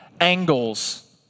angles